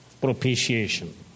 propitiation